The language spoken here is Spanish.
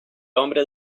hombre